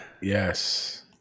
Yes